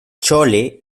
chole